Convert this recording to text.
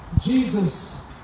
Jesus